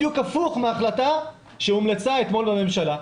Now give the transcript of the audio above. בדיוק הפוך מההחלטה שהומלצה אתמול בממשלה.